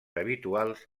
habituals